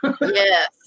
Yes